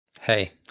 Hey